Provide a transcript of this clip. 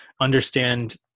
understand